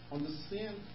understand